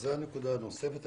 זו הנקודה הנוספת.